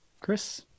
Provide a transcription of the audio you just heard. Chris